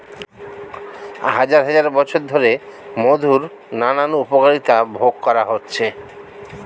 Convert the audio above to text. হাজার হাজার বছর ধরে মধুর নানান উপকারিতা ভোগ করা হচ্ছে